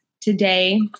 today